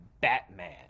Batman